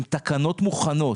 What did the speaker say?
עם תקנות מוכנות